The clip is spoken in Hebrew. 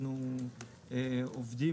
אנחנו עוברים